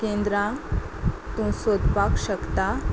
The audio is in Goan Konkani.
केंद्रां तूं सोदपाक शकता